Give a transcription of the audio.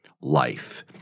life